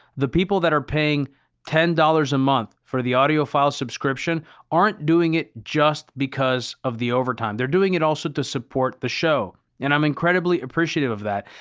the people that are paying ten dollars a month for the audiophile subscription aren't doing it just because of the overtime. they're doing it also to support the show. and i'm incredibly appreciative of that.